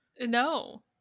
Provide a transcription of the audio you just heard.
No